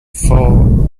for